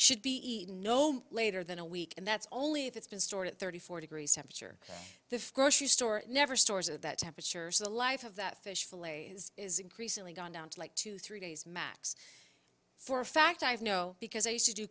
should be eaten no later than a week and that's only if it's been stored at thirty four degrees temperature the grocery store never stores at that temperatures the life of that fish fillet is is increasingly gone down to like two three days max for a fact i have no because i used to do